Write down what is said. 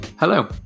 Hello